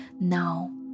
now